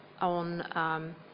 on